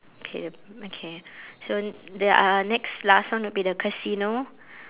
okay okay so there are next last one would be the casino